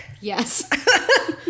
Yes